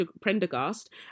Prendergast